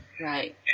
Right